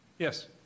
Yes